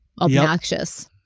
obnoxious